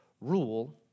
rule